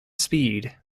speed